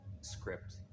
script